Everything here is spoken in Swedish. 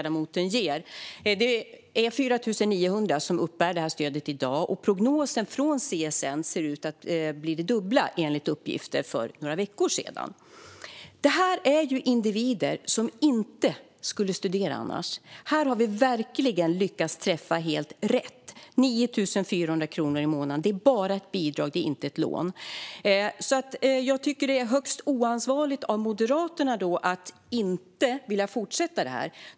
Det är 4 900 som uppbär stödet i dag. Prognosen från CSN är att det ser ut att bli det dubbla, enligt uppgifter för några veckor sedan. Det handlar om individer som inte skulle studera annars. Här har vi verkligen lyckats träffa helt rätt. 9 400 kronor i månaden är bara ett bidrag, inte ett lån. Det är högst oansvarigt av Moderaterna att inte vilja fortsätta med det här.